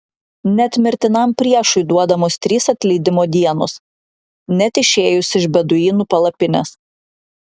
net mirtinam priešui duodamos trys atleidimo dienos net išėjus iš beduinų palapinės